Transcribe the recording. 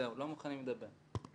זהו, לא מוכנים לדבר.